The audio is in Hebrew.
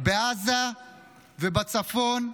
בעזה ובצפון,